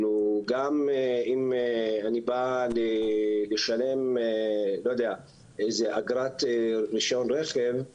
גם אם אני בא לשלם איזו אגרת רישיון רכב,